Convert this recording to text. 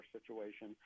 situation